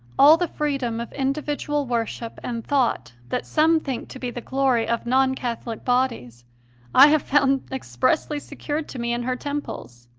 all the freedom of individual worship and thought that some think to be the glory of non-catholic bodies i have found expressly secured to me in her temples,